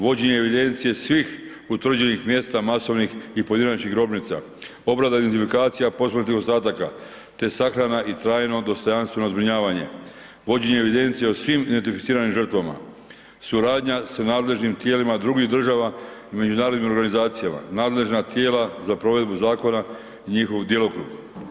Vođenje evidencije svih utvrđenih mjesta masovnih i pojedinačnih grobnica, obrada identifikacija posmrtnih ostataka te sahrana i trajno dostojanstveno zbrinjavanje, vođenje evidencije o svim identificiranim žrtvama, suradnja s nadležnim tijelima drugih država i međunarodnim organizacijama, nadležna tijela za provedbu zakona i njihovog djelokruga.